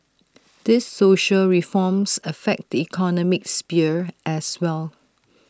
these social reforms affect the economic sphere as well